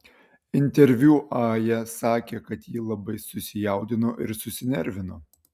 interviu aja sakė kad ji labai susijaudino ir susinervino